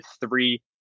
three